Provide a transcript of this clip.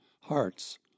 hearts